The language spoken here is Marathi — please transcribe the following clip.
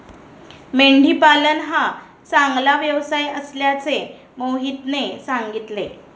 मेंढी पालन हा चांगला व्यवसाय असल्याचे मोहितने सांगितले